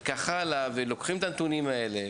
וכך הלאה.״ לוקחים את הנתונים האלה,